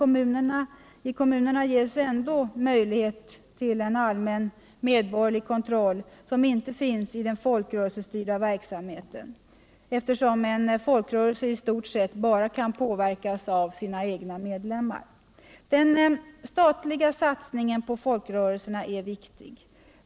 Men i kommunerna ges ändå möjlighet till en allmän medborgerlig kontroll. som inte finns i den folkrörelsestyrda verksamheten, eftersom en folkrörelse i stort sett bara kan påverkas av sina egna medlemmar. Den statliga satstningen på folkrörelserna är riktig.